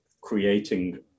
creating